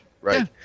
right